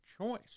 choice